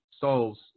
souls